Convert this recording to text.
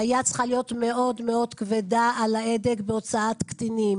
שהיד צריכה להיות מאוד כבדה על ההדק בהוצאת קטינים,